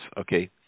okay